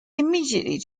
immediately